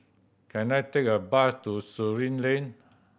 can I take a bus to Surin Lane